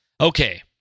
Okay